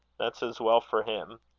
that's as well for him.